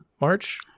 March